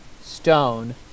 Stone